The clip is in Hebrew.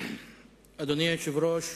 אדוני היושב-ראש,